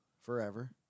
forever